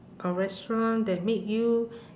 a restaurant that make you